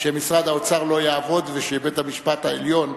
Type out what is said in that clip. שמשרד האוצר לא יעבוד ובית-המשפט העליון,